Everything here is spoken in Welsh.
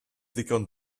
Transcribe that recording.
ddigon